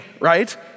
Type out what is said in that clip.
right